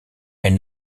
elle